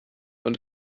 und